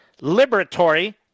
liberatory